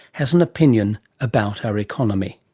has an opinion about our economy.